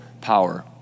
power